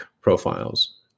profiles